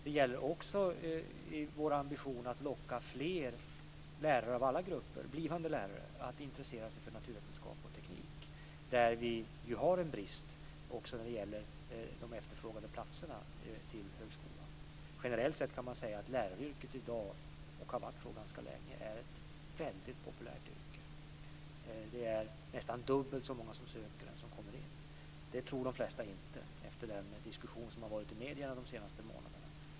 Men vi har också ambitionen att locka fler blivande lärare av alla grupper att intressera sig för naturvetenskap och teknik. Där finns ju en brist, också när det gäller de efterfrågade platserna på högskolan. Generellt sett kan man säga att läraryrket i dag är ett väldigt populärt yrke, och det har det varit ganska länge. Det är nästan dubbelt så många som söker än som kommer in. Det tror de flesta inte efter den diskussion som har förts i medierna under de senaste månaderna.